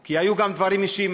כי היו גם דברים אישיים.